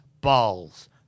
Balls